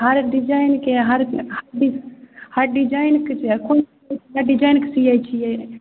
हर डिजाइनके हर हर डिजाइनके छै कोन डिजाइनके सियै छियै